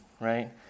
right